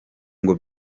ngo